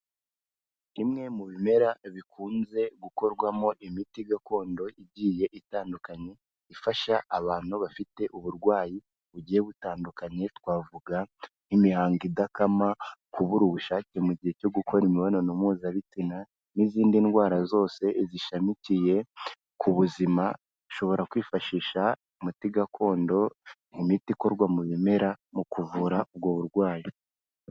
Bimwe mu bimera bikunze gukorwamo imiti gakondo igiye itandukanye ifasha abantu bafite uburwayi bugiye butandukanye twavuga nk'imihango idakama, kubura ubushake mu gihe cyo gukora imibonano mpuzabitsina n'izindi ndwara zose zishamikiye ku buzima, dushobora kwifashisha umuti gakondo mu miti ikorwa mu bimera mu kuvura ubwo burwayi.